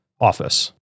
office